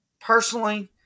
Personally